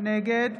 נגד